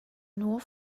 nur